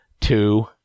two